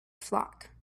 flock